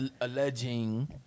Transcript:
alleging